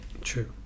true